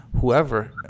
whoever